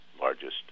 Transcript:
largest